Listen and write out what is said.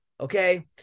okay